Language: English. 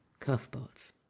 curveballs